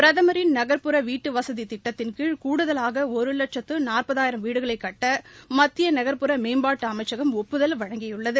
பிரதமரின் நகர்ப்புற வீடுவசதி திட்டத்தின்கீழ் கூடுதலாக ஒரு லட்சத்து நாற்பாயிரம் வீடுகளை கட்ட மத்திய நகர்ப்புற மேம்பாட்டு அமைச்சகம் ஒப்புதல் வழங்கியுள்ளது